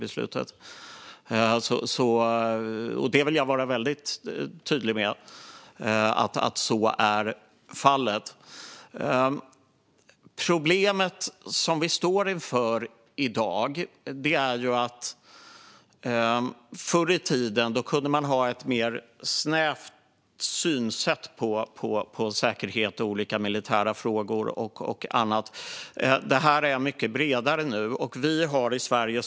Jag vill vara väldigt tydlig med att så är fallet. Förr i tiden kunde man ha ett mer snävt synsätt på säkerhet och olika militära frågor. Problemet som vi står inför i dag är att det är mycket bredare.